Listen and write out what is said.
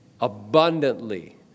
abundantly